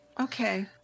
Okay